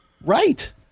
Right